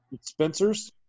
Spencer's